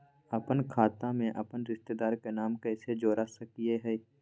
अपन खाता में अपन रिश्तेदार के नाम कैसे जोड़ा सकिए हई?